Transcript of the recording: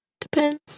Depends